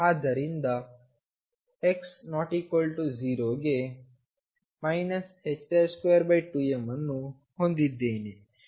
ಆದ್ದರಿಂದx ≠0 ಗೆ 22m ಅನ್ನು ಹೊಂದಿದ್ದೇನೆ